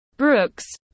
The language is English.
Brooks